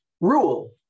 rule